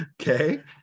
okay